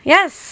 Yes